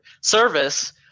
service